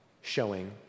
showing